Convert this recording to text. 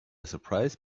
surprise